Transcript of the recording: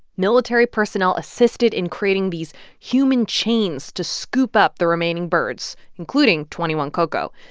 military personnel assisted in creating these human chains to scoop up the remaining birds, including twenty one ko'ko'.